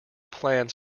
plans